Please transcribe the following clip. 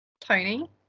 tony